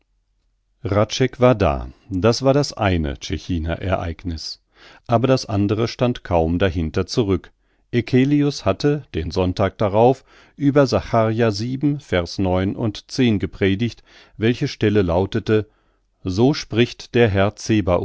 war da das war das eine tschechiner ereigniß aber das andere stand kaum dahinter zurück eccelius hatte den sonntag darauf über sahara vers neun und zehn gepredigt welche stelle lautete so spricht der herr